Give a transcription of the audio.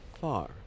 far